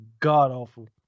god-awful